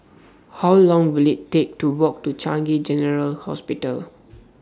How Long Will IT Take to Walk to Changi General Hospital